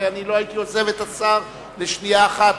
הרי אני לא הייתי עוזב את השר לשנייה אחת.